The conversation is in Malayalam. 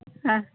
ആ